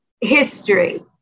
history